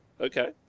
Okay